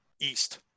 east